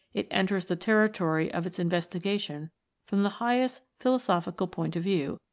it enters the territory of its investigation from the highest philosophical point of view,